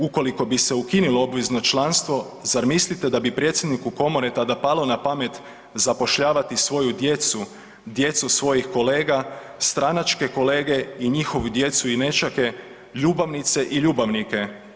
Ukoliko bi se ukinulo obvezno članstvo zar mislite da bi predsjedniku komore tada palo na pamet zapošljavati svoju djecu, djecu svojih kolega, stranačke kolege i njihovu djecu i nećake, ljubavnice i ljubavnike.